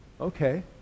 Okay